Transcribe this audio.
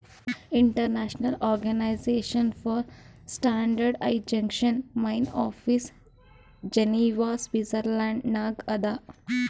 international organisation for standardisation main office Geneva Switzerland ನಾಗ್ ಅದಾ